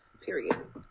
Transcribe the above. period